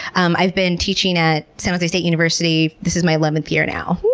um i've been teaching at san jose state university, this is my eleventh year now.